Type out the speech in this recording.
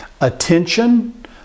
attention